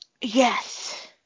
Yes